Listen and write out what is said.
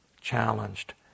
challenged